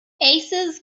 aces